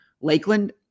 Lakeland